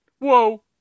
Whoa